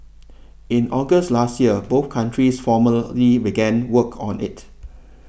in August last year both countries formally began work on it